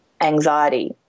anxiety